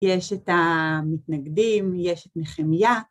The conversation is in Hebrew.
יש את המתנגדים, יש את נחמיה.